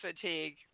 fatigue